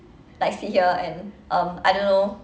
like sit here and um I don't know